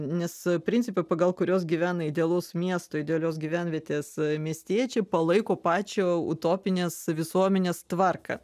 nes principai pagal kuriuos gyvena idealaus miesto idealios gyvenvietės miestiečiai palaiko pačio utopinės visuomenės tvarką